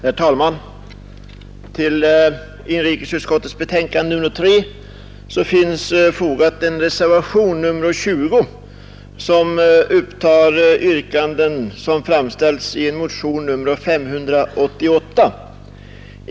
Herr talman! Till inrikesutskottets betänkande nr 3 finns fogad reservationen 20, som upptar de yrkanden som framställts i motionen 588.